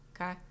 Okay